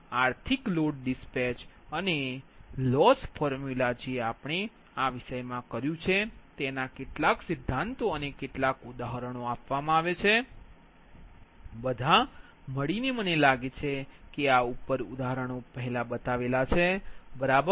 હવે આર્થિક load dispatch અને લોસ ફોર્મ્યુલા જે આપણે આ વિષયમાં કર્યું છે તેના કેટલાક સિદ્ધાંતો અને કેટલાક ઉદાહરણો આપવામાં આવે છે બધા મળીને મને લાગે છે કે આ ઉપર ઉદાહરણો પહેલા બતાવ્યા છે બરાબર